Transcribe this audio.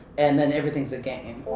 and then everything's a gain.